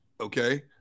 Okay